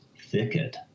thicket